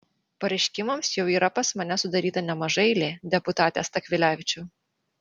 pareiškimams jau yra pas mane sudaryta nemaža eilė deputate stakvilevičiau